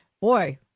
boy